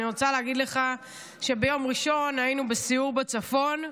אני רוצה להגיד לך שביום ראשון היינו בסיור בצפון.